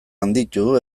handitu